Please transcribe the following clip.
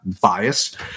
bias